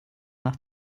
nach